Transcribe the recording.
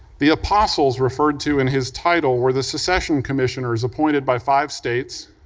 the apostles referred to in his title where the secession commissioners appointed by five states,